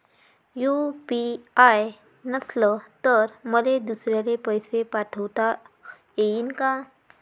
UPI नसल तर मले दुसऱ्याले पैसे पाठोता येईन का?